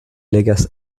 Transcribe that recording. legas